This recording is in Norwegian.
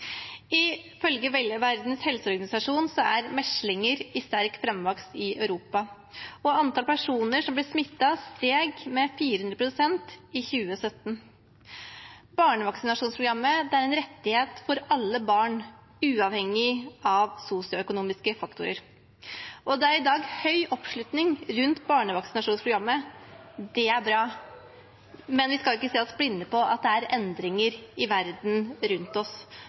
Ifølge Verdens helseorganisasjon er meslinger i sterk framvekst i Europa, og antall personer som ble smittet, steg med 400 pst. i 2017. Barnevaksinasjonsprogrammet er en rettighet for alle barn, uavhengig av sosioøkonomiske faktorer, og det er i dag stor oppslutning om barnevaksinasjonsprogrammet. Det er bra, men vi skal ikke se oss blinde på at det er endringer i verden rundt oss.